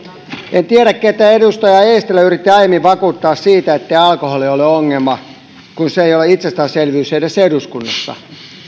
en tiedä ketä edustaja eestilä yritti aiemmin vakuuttaa siitä ettei alkoholi ole ongelma kun se ei ole itsestäänselvyys edes eduskunnassa